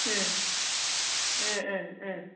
उम um um उम